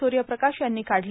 सूर्यप्रकाश यांनी काढले